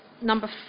number